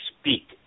speak